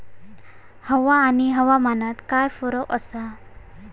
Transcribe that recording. हवा आणि हवामानात काय फरक असा?